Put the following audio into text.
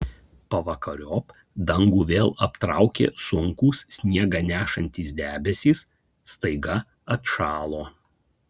pavakariop dangų vėl aptraukė sunkūs sniegą nešantys debesys staiga atšalo